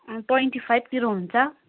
twenty फाइभतिर हुन्छ